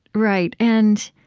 right. and